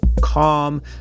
calm